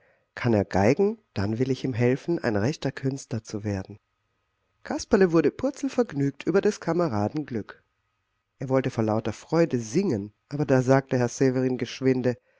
kann er geigen dann will ich ihm helfen ein rechter künstler zu werden kasperle war purzelvergnügt über des kameraden glück er wollte vor lauter freude singen aber da sagte herr severin geschwinde